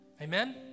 Amen